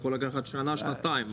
זה יכול לקחת שנה-שנתיים.